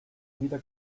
vida